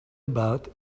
about